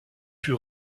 fut